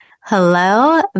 Hello